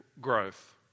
growth